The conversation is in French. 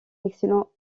excellent